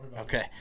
Okay